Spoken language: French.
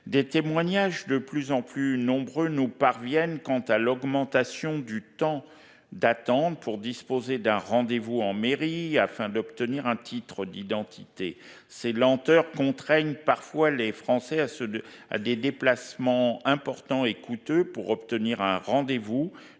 Des témoignages de plus en plus nombreux nous parviennent quant à l'augmentation du temps d'attente pour disposer d'un rendez-vous en mairie afin d'obtenir un titre d'identité. Ces lenteurs contraignent les Français à des déplacements parfois importants et coûteux pour obtenir un rendez-vous